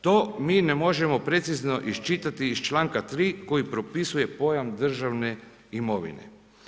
To mi ne možemo precizno iščitati iz čl. 3. koji propisuje pojam državne imovine.